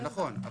זה נכון.